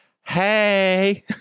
hey